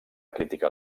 crítica